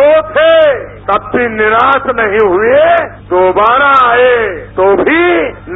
दो थे तब भी निराश नहीं हुए दोबारा आये तो भी